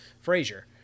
Frazier